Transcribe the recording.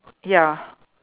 ya